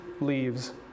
leaves